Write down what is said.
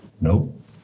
Nope